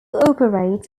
operates